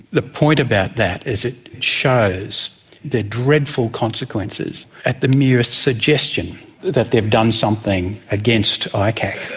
the point about that is it shows the dreadful consequences at the merest suggestion that they have done something against icac.